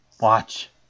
watch